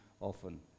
often